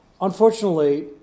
Unfortunately